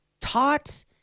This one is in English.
taught